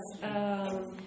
Yes